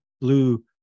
blue